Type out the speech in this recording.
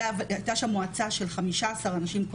שהייתה שם מועצה של 15 אנשים,